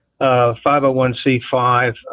501c5